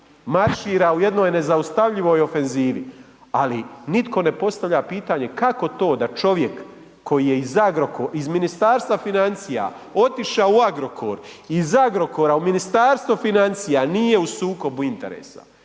maršira u jednoj nezaustavljivoj ofenzivi, ali nitko ne postavlja pitanje kako to da čovjek koji je iz Ministarstva financija otišao u Agrokor, iz Agrokora u Ministarstvo financija nije u sukobu interesa.